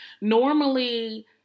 normally